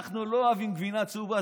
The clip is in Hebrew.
אנחנו לא אוהבים גבינה צהובה,